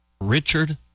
Richard